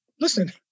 listen